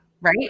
right